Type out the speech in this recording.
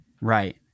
right